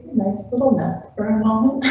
nice little nap for a um